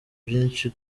byinshi